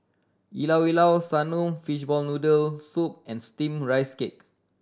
Llao Llao Sanum fishball noodle soup and Steamed Rice Cake